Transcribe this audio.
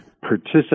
participate